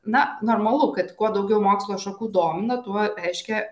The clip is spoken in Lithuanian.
na normalu kad kuo daugiau mokslo šakų domina tuo reiškia